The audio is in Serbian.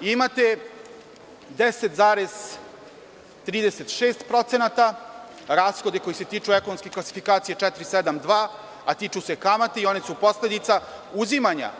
Imate 10,36% rashoda koji se tiču ekonomske klasifikacije 472, a tiču se kamate i one su posledica uzimanja